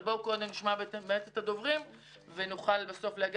בואו קודם נשמע את הדוברים ונוכל בסוף להגיע